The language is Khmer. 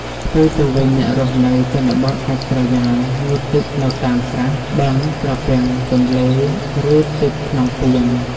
ផ្ទុយទៅវិញ អ្នករស់នៅជនបទដាច់ស្រយាលងូតទឹកនៅតាមស្រះ បឹង ត្រពាំង ទន្លេ ឬ ទឹកក្នុងពាង។